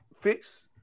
fix